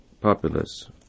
populace